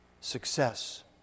success